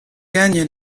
gagne